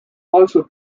also